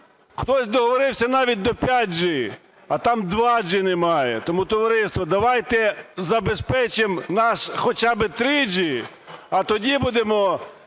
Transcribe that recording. хтось договорився навіть до 5G, а там 2G немає. Тому, товариство, давайте забезпечимо наш хоча б 3G, а тоді будемо